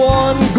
one